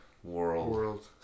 World